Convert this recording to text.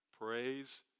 praise